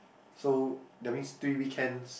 so that means three weekends